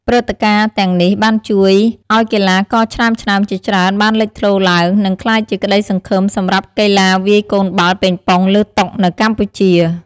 ព្រឹត្តិការណ៍ទាំងនេះបានជួយឱ្យកីឡាករឆ្នើមៗជាច្រើនបានលេចធ្លោឡើង និងក្លាយជាក្ដីសង្ឃឹមសម្រាប់កីឡាវាយកូនបាល់ប៉េងប៉ុងលើតុនៅកម្ពុជា។